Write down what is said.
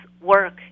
work